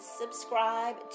subscribe